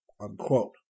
unquote